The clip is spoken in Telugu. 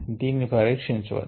దీన్ని పరీక్షించవచ్చు